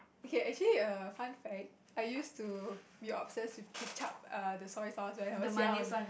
okay actually err fun fact I used to be obsessed with ketchup err the soy sauce when I was young